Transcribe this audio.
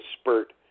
spurt